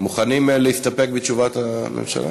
מוכנים להסתפק בתשובת הממשלה?